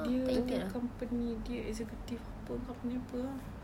dia punya company dia executive apa company apa ah